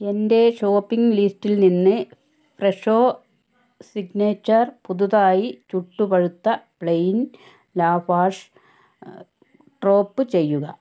എന്റെ ഷോപ്പിംഗ് ലിസ്റ്റിൽ നിന്ന് ഫ്രെഷോ സിഗ്നേച്ചർ പുതുതായി ചുട്ടുപഴുത്ത പ്ലെയിൻ ലവാഷ് ഡ്രോപ്പ് ചെയ്യുക